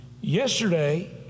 Yesterday